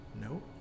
No